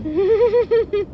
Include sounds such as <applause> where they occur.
<laughs>